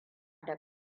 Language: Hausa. da